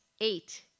eight